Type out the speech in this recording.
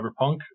Cyberpunk